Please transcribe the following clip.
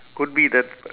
could be that